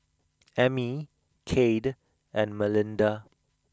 Emmy Kade and Melinda